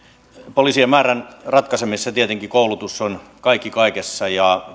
poliisien määrän ratkaisemisessa tietenkin koulutus on kaikki kaikessa ja